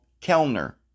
Kellner